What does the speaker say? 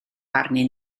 arnyn